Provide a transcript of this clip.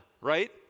right